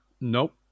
Nope